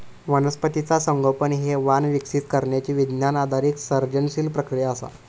वनस्पतीचा संगोपन हे वाण विकसित करण्यची विज्ञान आधारित सर्जनशील प्रक्रिया असा